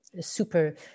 super